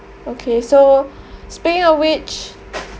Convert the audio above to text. okay so speaking of which